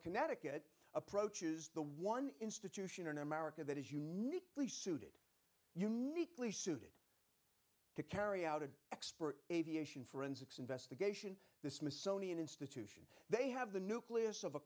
connecticut approaches the one institution or america that is uniquely suited uniquely suited to carry out an expert aviation forensics investigation the smithsonian institution they have the nucle